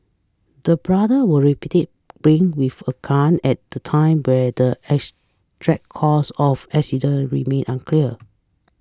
the brother were reportedly playing with a gun at the time but the cause of accident remain unclear